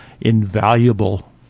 invaluable